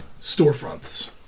storefronts